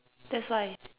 that's why